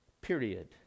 period